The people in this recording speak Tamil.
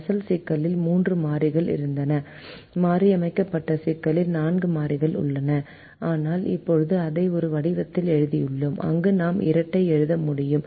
அசல் சிக்கலில் மூன்று மாறிகள் இருந்தன மாற்றியமைக்கப்பட்ட சிக்கலில் நான்கு மாறிகள் உள்ளன ஆனால் இப்போது அதை ஒரு வடிவத்தில் எழுதியுள்ளோம் அங்கு நாம் இரட்டை எழுத முடியும்